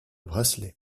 bracelet